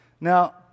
Now